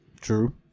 True